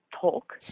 talk